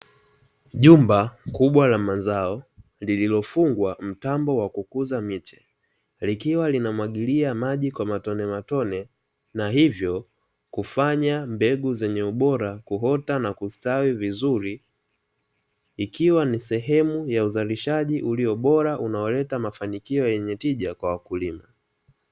Jumba kubwa la mazao, liiliofungwa mtambo wa kukuza miche, likiwa linamwagilia maji kwa matonematone, na hivyo kufanya mbegu zenye ubora kuota na kustawi vizuri, ikiwa ni sehemu ya uzalishaji ulio bora, unaoleta mafanikio yenye tija kwa wakulima.